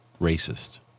Racist